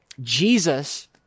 Jesus